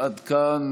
עד כאן,